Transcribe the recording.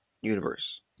universe